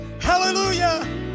hallelujah